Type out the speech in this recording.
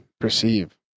perceive